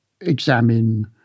examine